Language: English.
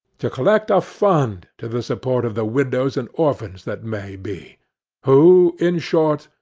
to collect a fund to the support of the widows and orphans that may be who, in short,